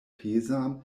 pezan